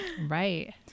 right